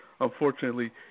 unfortunately